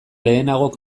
lehenago